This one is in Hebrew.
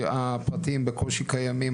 הפרטיים בקושי קיימים.